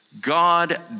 God